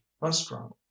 restaurant